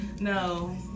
No